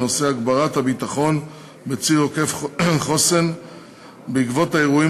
בנושא: הגברת הביטחון בציר עוקף-חוסן בעקבות האירועים